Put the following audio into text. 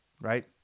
right